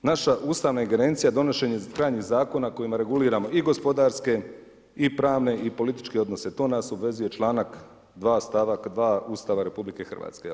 Konačno, naša ustavna ingerencija donošenje krajnjih zakona kojima reguliramo i gospodarske i pravne i političke odnose, to nas obvezuje članak 2. stavak 2. Ustava RH.